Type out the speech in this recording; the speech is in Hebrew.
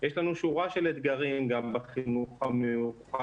יש לנו שורה של אתגרים גם בחינוך המיוחד,